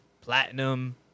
Platinum